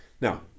Now